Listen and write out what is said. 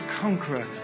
conqueror